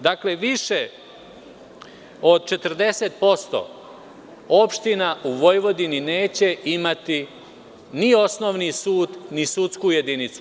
Dakle, više od 40% opština u Vojvodini neće imati ni osnovni sud ni sudsku jedinicu.